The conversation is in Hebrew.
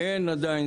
אין עדיין,